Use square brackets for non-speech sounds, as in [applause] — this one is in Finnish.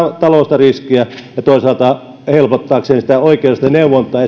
taloudellista riskiä ja toisaalta helpottaaksemme oikeudellista neuvontaa [unintelligible]